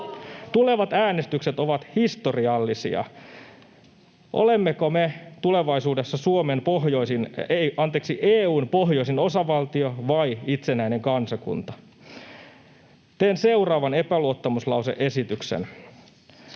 Tulevat äänestykset ovat historiallisia: olemmeko me tulevaisuudessa EU:n pohjoisin osavaltio vai itsenäinen kansakunta? Teen seuraavan epäluottamuslause-esityksen: